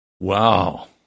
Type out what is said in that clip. Wow